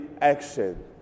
action